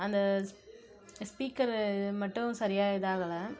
அந்த ஸ்பீக்கர் இது மட்டும் சரியாக இதாகலை